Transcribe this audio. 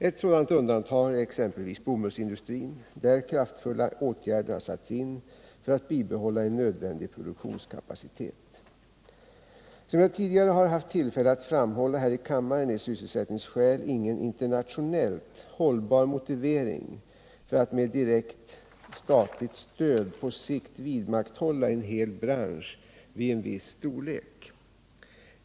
Ett sådant undantag är exempelvis bomullsindustrin, där kraftfulla åtgärder har satts in för att bibehålla en nödvändig produktionskapacitet. Som jag tidigare har haft tillfälle att framhålla här i kammaren är sysselsättningsskäl ingen internationellt hållbar motivering för att med direkt statligt stöd på sikt vidmakthålla en hel bransch vid en viss storlek.